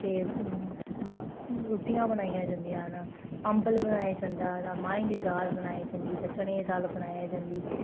ते रुट्टियां बनाई जंदियां न अम्बल बनाया जंदा माहें दी दाल बनाई जंदी जां चने दी दाल बनाई जंदी